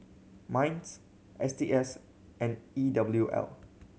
MINDS S T S and E W L